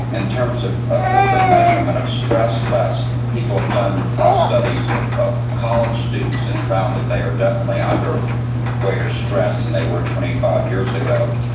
and terms of of the the measurement of stress less, people have done ah studies ah of college students and found that they are definitely under greater stress than they were twenty five years ago.